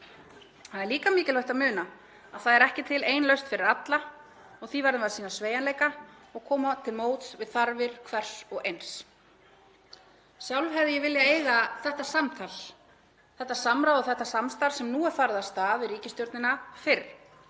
Það er líka mikilvægt að muna að það er ekki til ein lausn fyrir alla og því verðum við að sýna sveigjanleika og koma til móts við þarfir hvers og eins. Sjálf hefði ég viljað eiga þetta samtal, þetta samráð og þetta samstarf, sem nú er farið af stað við ríkisstjórnina, fyrr.